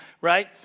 right